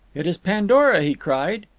it is pandora, he cried.